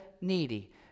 needy